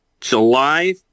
July